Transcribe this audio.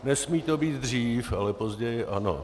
Nesmí to být dřív, ale později ano.